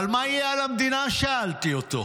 אבל מה יהיה על המדינה, שאלתי אותו,